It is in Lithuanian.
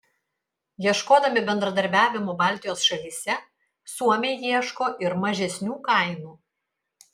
ieškodami bendradarbiavimo baltijos šalyse suomiai ieško ir mažesnių kainų